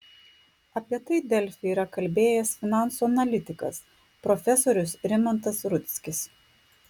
apie tai delfi yra kalbėjęs finansų analitikas profesorius rimantas rudzkis